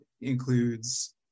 includes